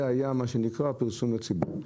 היה מה שנקרא פרסום לציבור.